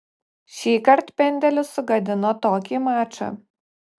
šįkart pendelis sugadino tokį mačą